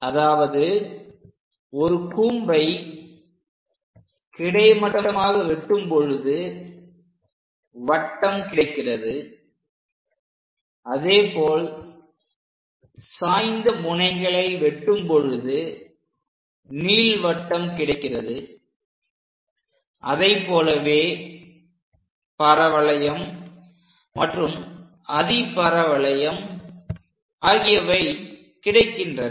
அதாவது ஒரு கூம்பை கிடைமட்டமாக வெட்டும் பொழுது வட்டம் கிடைக்கிறது அதே போல் சாய்ந்த முனைகளை வெட்டும் பொழுது நீள்வட்டம் கிடைக்கிறது அதை போலவே பரவளையம் மற்றும் அதிபரவளையம் ஆகியவை கிடைக்கின்றன